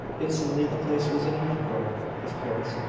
instantly the place was in an uproar. of course,